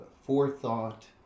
forethought